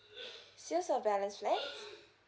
sales of balance flat